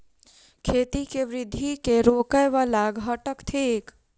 खेती केँ वृद्धि केँ रोकय वला घटक थिक?